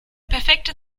perfekte